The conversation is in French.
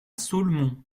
ceaulmont